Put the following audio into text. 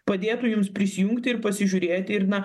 padėtų jums prisijungti ir pasižiūrėti ir na